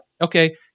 Okay